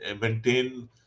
maintain